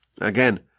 Again